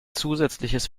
zusätzliches